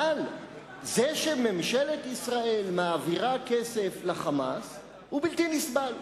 אבל זה שממשלת ישראל מעבירה כסף ל"חמאס" הוא בלתי נסבל,